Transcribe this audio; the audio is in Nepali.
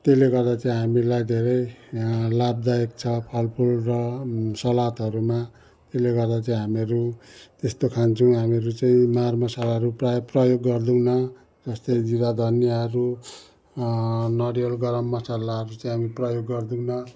त्यसले गर्दा चाहिँ हामीलाई धेरै लाभदायक छ फल फुल र सलादहरूमा त्यसले गर्दा चाहिँ हामीहरू यस्तो खानछौँ हामीहरू चाहिँ मर मसालाहरू प्रायः प्रयोग गरिदिऊँ न जस्तै जिरा धनियाहरू नरिवल गरम मसालाहरू चाहिँ हामी प्रयोग गर्दैनौँ